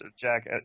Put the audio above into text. Jack